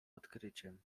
odkryciem